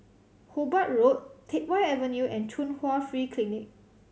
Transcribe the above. Hobart Road Teck Whye Avenue and Chung Hwa Free Clinic